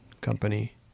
company